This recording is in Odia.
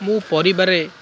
ମୁଁ ପରିବାରେ